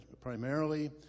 primarily